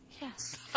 yes